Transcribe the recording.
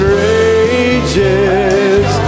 rages